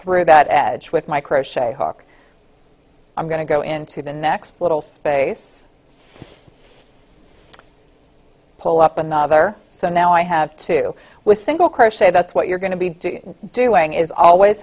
through that edge with micro shade hawk i'm going to go into the next little space pull up another so now i have two with single curse a that's what you're going to be doing is always